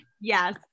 Yes